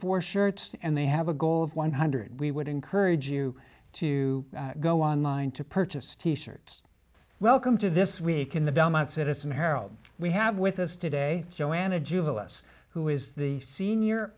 four shirts and they have a goal of one hundred we would encourage you to go online to purchase t shirts welcome to this week in the belmont citizen harold we have with us today joanna jubilance who is the senior